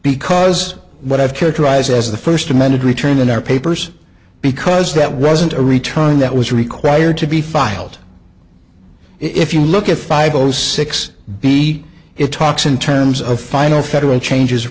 because what i've characterized as the first amended return in our papers because that wasn't a return that was required to be filed if you look at five o six b it talks in terms of final federal changes